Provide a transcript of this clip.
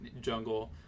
jungle